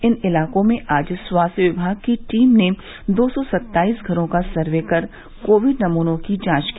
इन इलाकों में आज स्वास्थ्य विभाग की टीम ने दो सौ सत्ताईस घरों का सर्वे कर कोविड नमूनों की जांच की